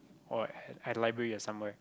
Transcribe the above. or at at a library or somewhere